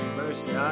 mercy